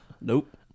Nope